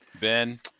Ben